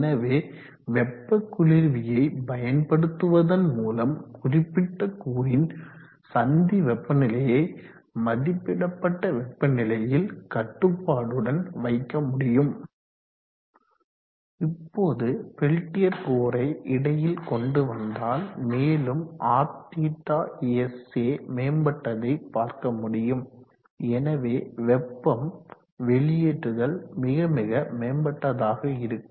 எனவே வெப்ப குளிர்வியை பயன்படுத்துவதன் மூலம் குறிப்பிட்ட கூறின் சந்தி வெப்பநிலையை மதிப்பிடத்தப்பட்ட வெப்பநிலையில் கட்டுப்பாடுடன் வைக்க முடியும் இப்போது பெல்டியர் கூறை இடையில் கொண்டு வந்தால் மேலும் Rθsa மேம்பட்டதை பார்க்க முடியும் எனவே வெப்பம் வெளியற்றுதல் மிக மிக மேம்பட்டதாக இருக்கும்